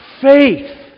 faith